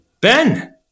Ben